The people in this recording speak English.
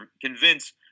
convince